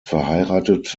verheiratet